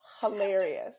hilarious